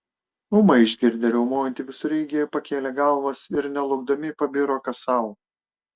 ūmai išgirdę riaumojantį visureigį pakėlė galvas ir nelaukdami pabiro kas sau